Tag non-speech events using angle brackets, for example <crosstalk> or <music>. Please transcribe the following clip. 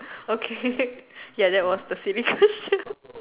okay <laughs> ya that was the silly question